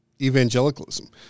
evangelicalism